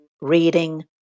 reading